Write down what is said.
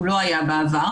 זה לא היה בעבר,